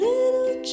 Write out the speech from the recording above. Little